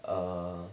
err